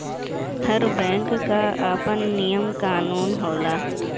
हर bank कअ आपन नियम कानून होला